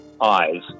eyes